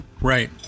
Right